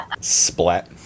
Splat